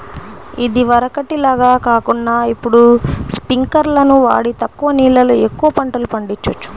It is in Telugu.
ఇదివరకటి లాగా కాకుండా ఇప్పుడు స్పింకర్లును వాడి తక్కువ నీళ్ళతో ఎక్కువ పంటలు పండిచొచ్చు